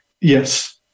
Yes